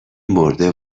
مرده